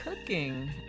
cooking